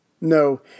No